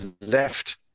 left